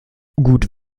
gut